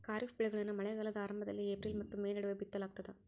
ಖಾರಿಫ್ ಬೆಳೆಗಳನ್ನ ಮಳೆಗಾಲದ ಆರಂಭದಲ್ಲಿ ಏಪ್ರಿಲ್ ಮತ್ತು ಮೇ ನಡುವೆ ಬಿತ್ತಲಾಗ್ತದ